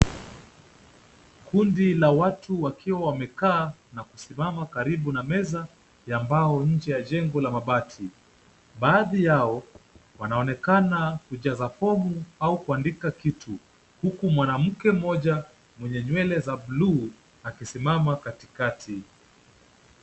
Kundi la watu wakiwa wamekaa na kusimama karibu na meza ya ambao nnje ya jengo la mabati. Baadhi yao wanaonekana picha za fomu au kuandika kitu huku mwanamke mmoja mwenye nywele za blue akisimama katikati.